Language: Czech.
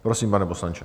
Prosím, pane poslanče.